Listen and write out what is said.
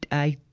i,